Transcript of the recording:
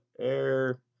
air